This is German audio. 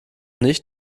nicht